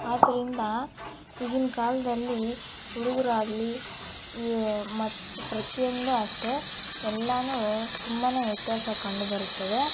ಆದ್ದರಿಂದ ಈಗಿನ ಕಾಲದಲ್ಲಿ ಹುಡುಗರಾಗಲಿ ಈ ಮತ್ತು ಪ್ರತಿಯೊಂದೂ ಅಷ್ಟೆ ಎಲ್ಲವೂ ತುಂಬಾನೆ ವ್ಯತ್ಯಾಸ ಕಂಡುಬರುತ್ತದೆ